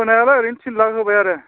होनायालाय ओरैनो थिन लाक होबाय आरो